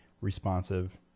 responsive